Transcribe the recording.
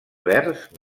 verds